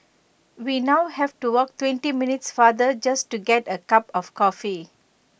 we now have to walk twenty minutes farther just to get A cup of coffee